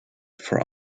for